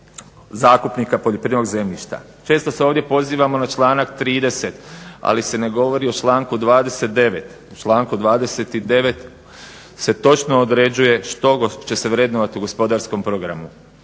zakupnika poljoprivrednog zemljišta. Često se ovdje pozivamo na članak 30., ali se ne govori o članku 29. Člankom 29. se točno određuje što će se vrednovati u gospodarskom programu.